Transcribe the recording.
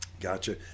Gotcha